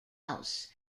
house